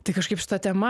tai kažkaip šita tema